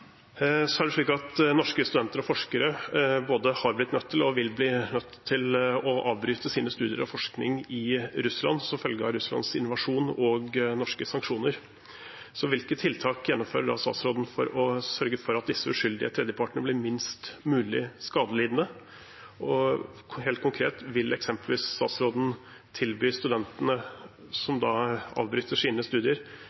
Så er det slik at norske studenter og forskere både har blitt og vil bli nødt til å avbryte sine studier og forskning i Russland som følge av Russlands invasjon og norske sanksjoner. Hvilke tiltak gjennomfører statsråden for å sørge for at disse uskyldige tredjepartene blir minst mulig skadelidende? Og helt konkret: Vil eksempelvis statsråden tilby studentene